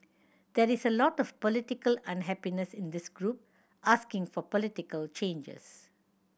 there is a lot of political unhappiness in this group asking for political changes